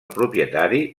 propietari